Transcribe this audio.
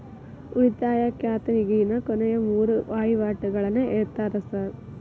ಉಳಿತಾಯ ಖಾತ್ಯಾಗಿನ ಕೊನೆಯ ಮೂರು ವಹಿವಾಟುಗಳನ್ನ ಹೇಳ್ತೇರ ಸಾರ್?